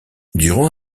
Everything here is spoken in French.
durant